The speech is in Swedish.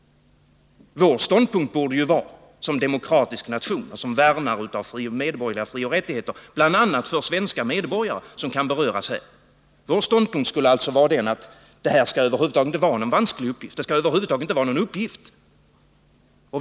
Vår ståndpunkt borde ju vara, som företrädare för en demokratisk nation och som värnare av medborgerliga frioch rättigheter, bl.a. för svenska medborgare som kan beröras här, att detta skall inte vara någon vansklig uppgift. Det skall över huvud taget inte vara någon uppgift.